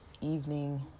evening